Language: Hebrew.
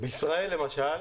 בישראל למשל,